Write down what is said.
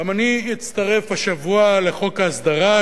גם אני אצטרף השבוע לחוק ההסדרה,